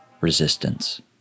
Resistance